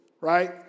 right